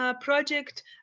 project